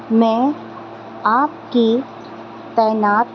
میں آپ کی تعینات